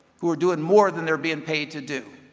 who are doing more than they are being paid to do.